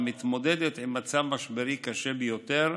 המתמודדת עם מצב משברי קשה ביותר,